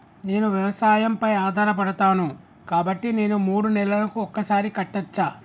నేను వ్యవసాయం పై ఆధారపడతాను కాబట్టి నేను మూడు నెలలకు ఒక్కసారి కట్టచ్చా?